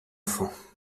enfants